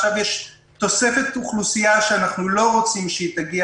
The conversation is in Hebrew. עכשיו יש תוספת אוכלוסייה שאנחנו לא רוצים שתגיע